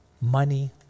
money